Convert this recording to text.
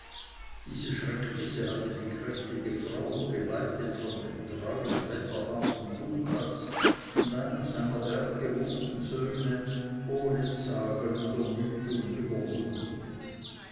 diese schrecknisse hatte die kräftige frau geleitet von dem treuen wetterharten lucas und einem seiner berggewohnten söhne ohne zagen und ermüdung überwunden